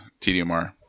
TDMR